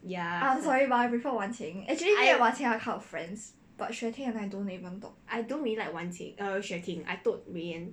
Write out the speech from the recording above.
I'm sorry but I prefer wan qing actually me and wan qing are kind of friends but xue ting and I don't even talk